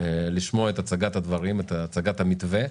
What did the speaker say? לשמוע את הצגת הדברים, את הצגת המתווה,